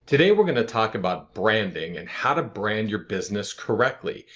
today we're going to talk about branding and how to brand your business correctly.